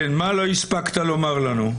כן, מה לא הספקת לומר לנו?